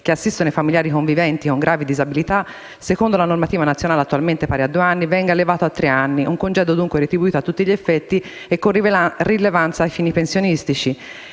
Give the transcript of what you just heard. che assistono i familiari conviventi con gravi disabilità, secondo la normativa nazionale attualmente pari a due anni, venga elevato a tre anni: penso, dunque, a un congedo retribuito a tutti gli effetti e con rilevanza ai fini pensionistici.